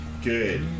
Good